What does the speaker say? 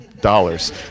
dollars